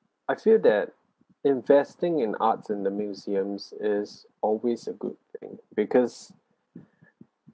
I feel that investing in arts and the museums is always a good thing because